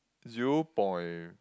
zero point